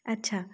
अच्छा